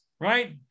right